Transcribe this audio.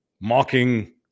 mocking